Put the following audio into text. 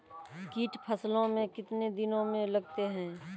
कीट फसलों मे कितने दिनों मे लगते हैं?